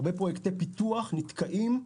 הרבה פרויקטי פיתוח נתקעים,